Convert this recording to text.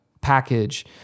package